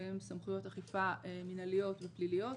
שהם סמכויות אכיפה מנהליות ופליליות,